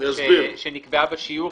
שנקבעה בשיוך.